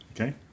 Okay